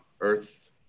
Earth